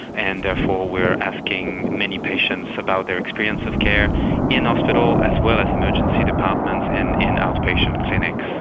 and therefore we are asking many patients about their experience of care in hospital as well as emergency departments and in outpatient clinics.